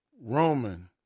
Roman